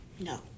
no